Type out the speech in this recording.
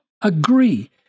agree